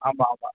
ஆமாம் ஆமாம்